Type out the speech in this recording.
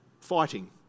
fighting